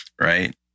right